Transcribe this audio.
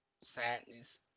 sadness